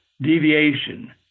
deviation